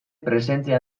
presentzia